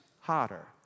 hotter